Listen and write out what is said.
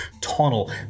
tunnel